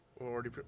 already